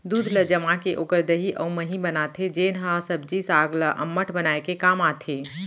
दूद ल जमाके ओकर दही अउ मही बनाथे जेन ह सब्जी साग ल अम्मठ बनाए के काम आथे